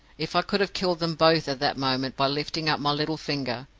if i could have killed them both at that moment by lifting up my little finger,